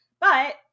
but-